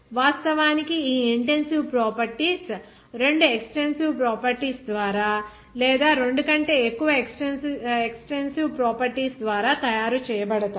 వాస్తవానికి ఈ intensive properties రెండు ఎక్సటెన్సివ్ ప్రాపర్టీస్ ద్వారా లేదా రెండు కంటే ఎక్కువ ఎక్సటెన్సివ్ ప్రాపర్టీస్ ద్వారా తయారు చేయబడతాయి